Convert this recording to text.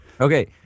Okay